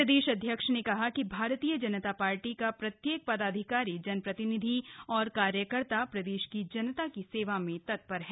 प्रदेश अध्यक्ष ने कहा कि भारतीय जनता पार्टी का प्रत्येक पदाधिकारी जनप्रतिनिधि और कार्यकर्ता प्रदेश की जनता की सेवा में तत्पर है